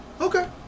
Okay